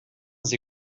sie